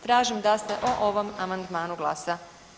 Tražim da se o ovom amandmanu glasa.